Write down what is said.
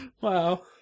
wow